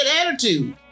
attitude